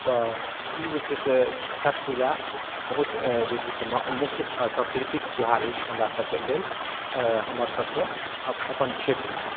तऽ ई जे छै से छठ पूजा बहुत जे छै से मुख्य सांस्कृतिक त्योहार अछि हमरा सभके लेल हमर सभके अपन क्षेत्रमे